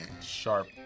Sharp